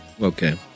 Okay